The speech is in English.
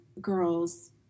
girls